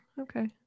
Okay